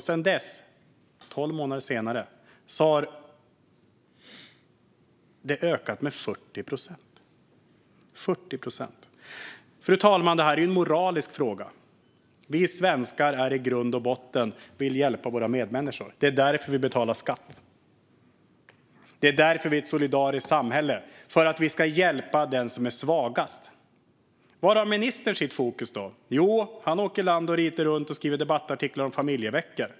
Sedan dess, tolv månader senare, har det ökat med 40 procent. Fru talman! Detta är en moralisk fråga. Vi svenskar vill i grund och botten hjälpa våra medmänniskor. Det är därför vi betalar skatt. Det är därför det är ett solidariskt samhälle. Det handlar om att vi ska hjälpa den som är svagast. Var har då ministern sitt fokus? Jo, han åker land och rike runt och skriver debattartiklar om familjeveckor.